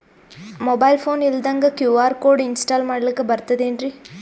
Mobile phone ಇಲ್ದಂಗ QR code install ಮಾಡ್ಲಕ ಬರ್ತದೇನ್ರಿ?